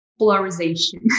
Polarization